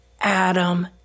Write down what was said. Adam